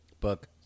book